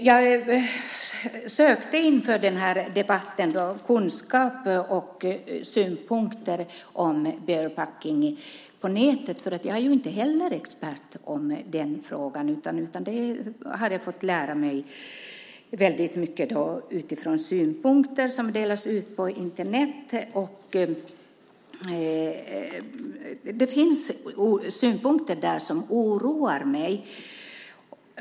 Jag sökte inför den här debatten kunskaper om och synpunkter på barebacking på nätet, för jag är inte heller expert i frågan, utan jag har fått lära mig mycket utifrån synpunkter som läggs ut på Internet. Och det finns synpunkter där som oroar mig.